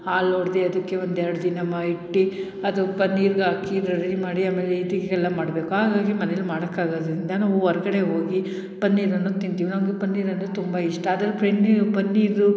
ಹಾಲು ಒಡ್ದು ಅದಕ್ಕೆ ಒಂದು ಎರಡು ದಿನ ಮ ಇಟ್ಟು ಅದು ಪನ್ನೀರಿಗೆ ಹಾಕಿ ರೆಡಿ ಮಾಡಿ ಆಮೇಲೆ ಎಲ್ಲ ಮಾಡಬೇಕು ಹಾಗಾಗಿ ಮನೆಲಿ ಮಾಡೋಕ್ಕಾಗದ್ದರಿಂದ ನಾವು ಹೊರ್ಗಡೆ ಹೋಗಿ ಪನ್ನೀರನ್ನು ತಿಂತೀವಿ ನಮಗೆ ಪನ್ನೀರ್ ಅಂದರೆ ತುಂಬ ಇಷ್ಟ ಅದ್ರ ನೀವು ಪನ್ನೀರು